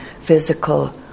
physical